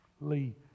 Lee